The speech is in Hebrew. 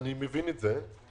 אני מבין את זה.